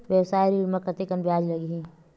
व्यवसाय ऋण म कतेकन ब्याज लगही?